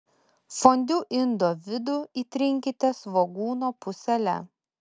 fondiu indo vidų įtrinkite svogūno pusele